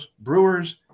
Brewers